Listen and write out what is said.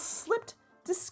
slipped